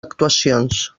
actuacions